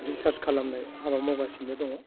research खालामनाय हाबा मावगासिनो दङ